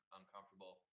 uncomfortable